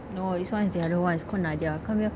no this one is the other one is called nadia come here